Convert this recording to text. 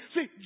See